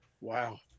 wow